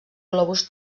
globus